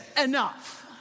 enough